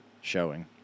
showing